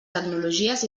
tecnologies